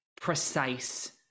precise